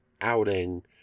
outing